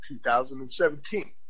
2017